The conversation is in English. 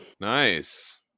Nice